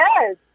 yes